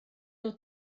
nhw